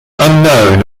unknown